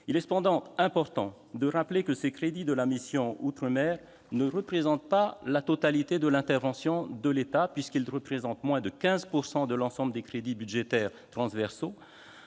Il est cependant important de rappeler que les crédits de la mission « Outre-mer » ne représentent pas la totalité de l'intervention de l'État. Ces crédits comptent en effet pour moins de 15 % de l'ensemble des crédits budgétaires transversaux,